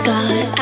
God